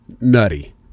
nutty